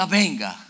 venga